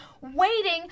waiting